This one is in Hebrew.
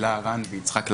תהילה רן ויצחק לנקרי,